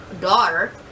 daughter